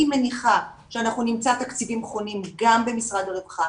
אני מניחה שאנחנו נמצא תקציבים חונים גם במשרד הרווחה